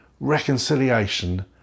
Reconciliation